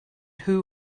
who